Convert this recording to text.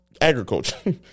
agriculture